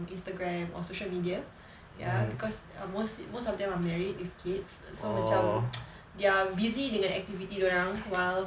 instagram or social media ya because err most most of them are married with kids so macam they're busy dengan activity dia orang while